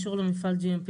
אישור למפעל GMP,